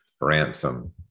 ransom